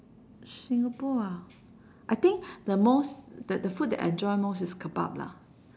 singapore ah I think the most the the food that I enjoy most is kebab lah